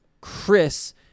Chris